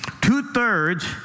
two-thirds